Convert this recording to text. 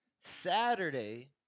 Saturday